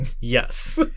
Yes